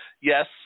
yes